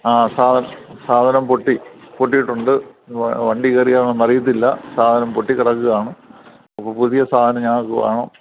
ആ സാധനം പൊട്ടി പൊട്ടിയിട്ടുണ്ട് വണ്ടി കയറിയതാണോ എന്ന് അറിയത്തില്ല സാധനം പൊട്ടിക്കിടക്കുകയാണ് അപ്പം പുതിയ സാധനം ഞങ്ങൾക്ക് വേണം